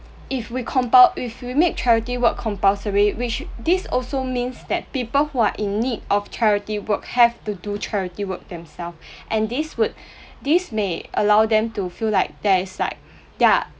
if we compul~ if we make charity work compulsory which this also means that people who are in need of charity work have to do charity work themself and this would this may allow them to feel like there is like ya